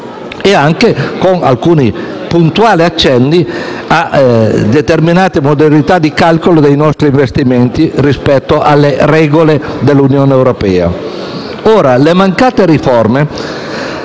europea e alcuni puntuali accenni a determinate modalità di calcolo dei nostri investimenti rispetto alle regole dell'Unione europea. Le mancate riforme